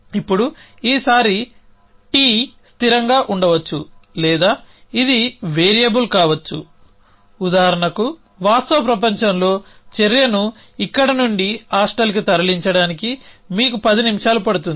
ఇప్పుడు ఈసారి t స్థిరంగా ఉండవచ్చు లేదా ఇది వేరియబుల్ కావచ్చు ఉదాహరణకు వాస్తవ ప్రపంచంలో చర్యను ఇక్కడ నుండి హాస్టల్కి తరలించడానికి మీకు పది నిమిషాలు పడుతుంది